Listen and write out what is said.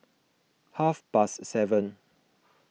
half past seven